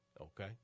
Okay